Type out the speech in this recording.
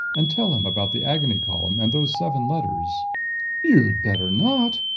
and tell him about the agony column and those seven letters you'd better not!